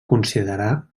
considerar